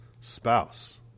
spouse